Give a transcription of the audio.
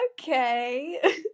Okay